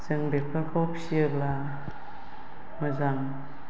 जों बेफोरखौ फिसियोब्ला मोजां